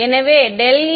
எனவே ∇e